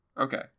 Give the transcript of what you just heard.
Okay